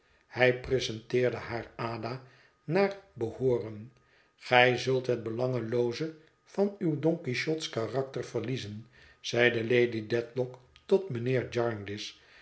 hij presenteerde haar ada naar behooren gij zult het belangelooze van uw don quichots karakter verliezen zeide lady dedlock tot mijnheer